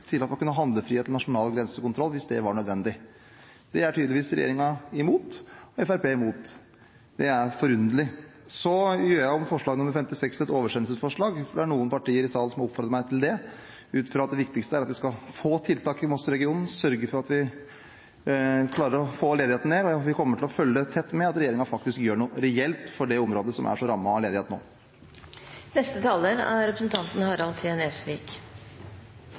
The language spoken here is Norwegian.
slik at man skal kunne ha handlefrihet og nasjonal grensekontroll, hvis det er nødvendig. Det er tydeligvis regjeringen – og Fremskrittspartiet – imot. Det er forunderlig. Så gjør jeg om forslag nr. 56 til et oversendelsesforslag. Det er noen partier i salen som har oppfordret meg til det, ut fra at det viktigste er at vi skal få tiltak i Mosseregionen og sørge for at vi får ledigheten ned. Vi kommer til å følge regjeringen tett, se at de faktisk gjør noe reelt for det området som nå er så rammet av ledighet. Representanten